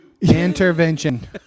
Intervention